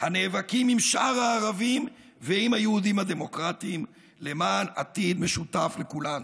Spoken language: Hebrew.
הנאבקים עם שאר הערבים ועם היהודים הדמוקרטים למען עתיד משותף לכולנו,